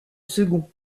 second